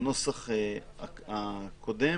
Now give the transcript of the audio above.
בנוסח הקודם,